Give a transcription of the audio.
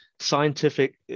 scientific